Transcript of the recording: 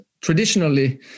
traditionally